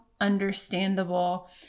understandable